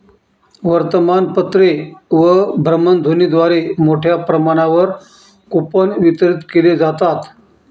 वर्तमानपत्रे व भ्रमणध्वनीद्वारे मोठ्या प्रमाणावर कूपन वितरित केले जातात